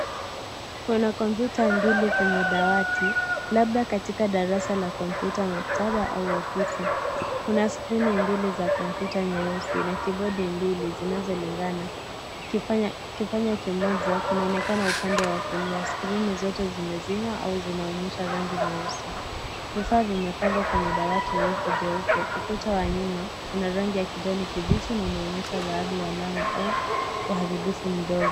Kuna kompyuta mbili kwenye dawati, labda katika darasa la kumpyuta, maktaba au ofisi. Kuna skrini mbili za kompyuta nyeusi na kibodi mbili zinazolingana. Kipanya kimoja kinaonekana upande wa kulia. Skrini zote zimezima au zinaonyesha rangi nyeusi. Vifaa vimepangwa kwenye dawati refu nyeupe. Ukuta wa nyuma una rangi ya kijani kibichi unaonyesha baadhi ya alama au uharibifu mdogo.